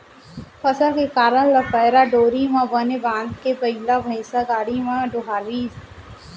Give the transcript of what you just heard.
फसल के करपा ल पैरा डोरी म बने बांधके बइला भइसा गाड़ी म डोहारतिस